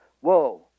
whoa